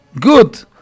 good